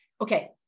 Okay